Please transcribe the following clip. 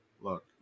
look